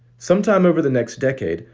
sometime over the next decade,